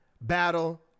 battle